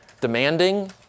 demanding